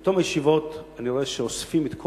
ובתום הישיבות אני רואה שאוספים את כל